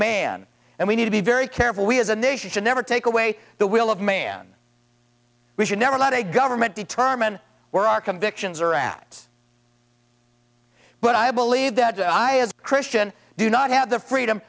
man and we need to be very careful we as a nation should never take away the will of man we should never let a government determine where our convictions are at but i believe that i as a christian do not have the freedom